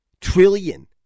trillion